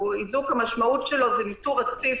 המשמעות של איזוק זה ניטור רציף,